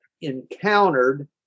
encountered